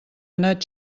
anat